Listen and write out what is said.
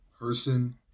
person